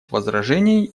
возражений